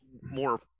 more